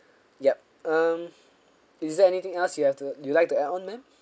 yup um is there anything else you have to you'd like to add on ma'am